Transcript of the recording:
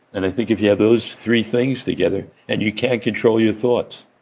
and i think if you have those three things together, and you can control your thoughts.